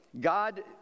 God